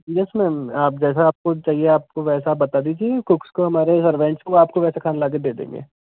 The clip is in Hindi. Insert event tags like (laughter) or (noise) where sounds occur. येस मैम आप जैसा आपको चाहिए आप को वैसा बता दीजिये कूक्स को हमारे (unintelligible) को आपको वैसा खाना ला के दे देंगे